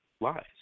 lies